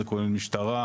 זה כולל משטרה.